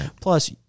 Plus